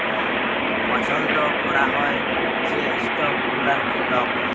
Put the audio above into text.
পছল্দ ক্যরা হ্যয় যে ইস্টক গুলানকে লক